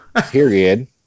period